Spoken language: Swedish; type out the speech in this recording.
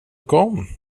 kom